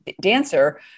dancer